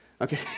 Okay